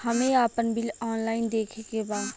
हमे आपन bill online देखे के बा?